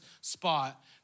spot